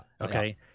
Okay